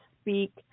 speak